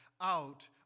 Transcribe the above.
out